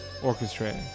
orchestrating